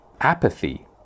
apathy